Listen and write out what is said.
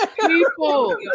people